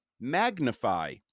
magnify